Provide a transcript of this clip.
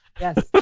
yes